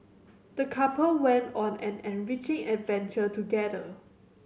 the couple went on an enriching adventure together